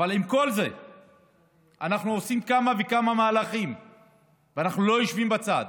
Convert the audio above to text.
אבל עם כל זה אנחנו עושים כמה וכמה מהלכים ואנחנו לא יושבים בצד.